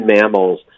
mammals